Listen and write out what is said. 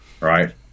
right